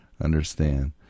Understand